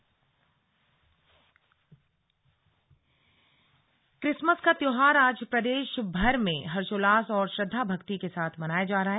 Christmas Christmas का त्योहार आज प्रदेशभर में हर्षोल्लास और श्रद्धाभक्ति के साथ मनाया जा रहा है